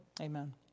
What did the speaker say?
Amen